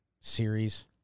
series